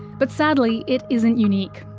but sadly it isn't unique,